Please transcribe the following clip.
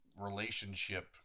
relationship